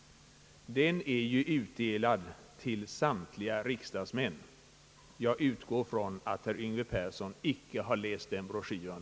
Den är utdelad till samtliga riksdagsmän. Jag utgår ifrån att herr Yngve Persson inte har läst den broschyren.